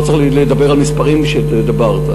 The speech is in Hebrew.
לא צריך לדבר על מספרים שדיברת.